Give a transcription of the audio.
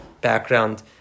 background